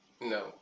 No